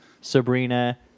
Sabrina